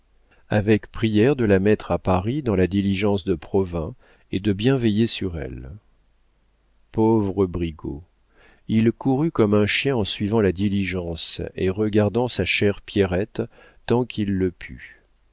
avec prière de la mettre à paris dans la diligence de provins et de bien veiller sur elle pauvre brigaut il courut comme un chien en suivant la diligence et regardant sa chère pierrette tant qu'il le put